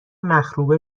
مخروبه